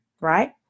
right